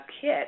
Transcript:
kit